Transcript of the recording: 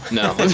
no